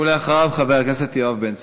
ואחריו, חבר הכנסת יואב בן צור.